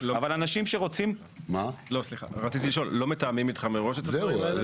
רציתי לשאול: לא מתאמים אתכם מראש את הדברים האלה?